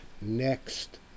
next